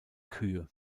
kühe